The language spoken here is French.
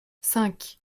cinq